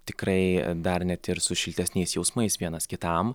tikrai dar net ir su šiltesniais jausmais vienas kitam